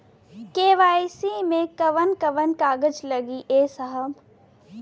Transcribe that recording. KYC मे कवन कवन कागज लगी ए साहब?